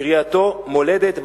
בקריאתו 'מולדת,